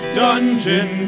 dungeon